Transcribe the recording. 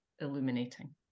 illuminating